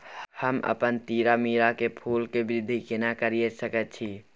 हम अपन तीरामीरा के फूल के वृद्धि केना करिये सकेत छी?